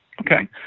Okay